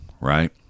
right